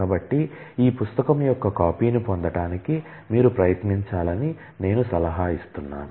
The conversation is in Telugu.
కాబట్టి ఈ పుస్తకం యొక్క కాపీని పొందటానికి మీరు ప్రయత్నించాలని నేను సలహా ఇస్తున్నాను